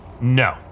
No